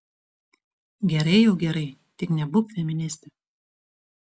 gerai jau gerai tik nebūk feministė